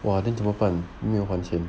!wah! then 怎么办有没有还钱